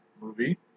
movie